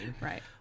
Right